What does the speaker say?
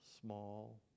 small